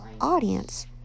audience